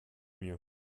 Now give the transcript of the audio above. mir